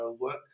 work